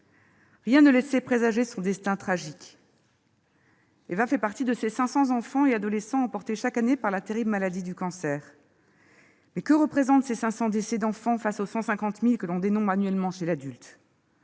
Rien ne laissait présager son destin tragique. Éva fait partie de ces 500 enfants et adolescents emportés chaque année par la terrible maladie du cancer. Mais que représentent ces 500 décès d'enfants face aux 150 000 que l'on dénombre annuellement chez l'adulte ?